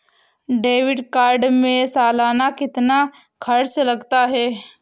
Debit card में सालाना कितना खर्च लगता है?